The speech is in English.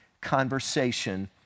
conversation